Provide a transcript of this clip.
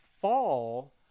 fall